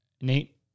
Nate